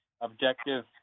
objective